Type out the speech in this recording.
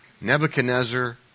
Nebuchadnezzar